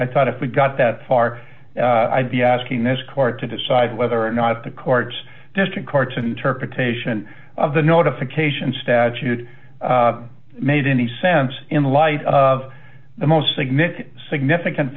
i thought if we got that far i'd be asking this court to decide whether or not the court's district court's interpretation of the notification statute made any sense in light of the most significant significant